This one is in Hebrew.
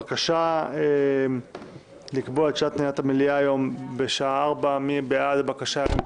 הבקשה לקבוע את שעת נעילת המליאה היום בשעה 16:00. מי בעד הבקשה?